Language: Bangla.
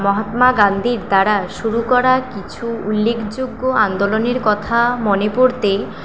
মহাত্মা গান্ধীর দ্বারা শুরু করা কিছু উল্লেখযোগ্য আন্দোলনের কথা মনে পড়তে